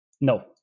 No